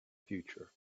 future